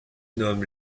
nomme